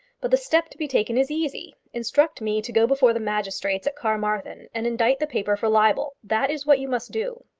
but the step to be taken is easy. instruct me to go before the magistrates at carmarthen, and indict the paper for libel. that is what you must do.